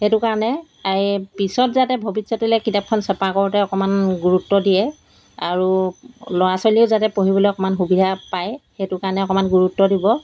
সেইটো কাৰণে এই পিছত যাতে ভৱিষ্যতলৈ কিতাপখন চপা কৰোঁতে অকণমান গুৰুত্ব দিয়ে আৰু ল'ৰা ছোৱালীয়েও যাতে পঢ়িবলৈ অকণমান সুবিধা পায় সেইটো কাৰণে অকণমান গুৰুত্ব দিব